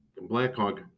Blackhawk